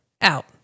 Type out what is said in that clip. out